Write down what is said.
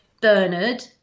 Bernard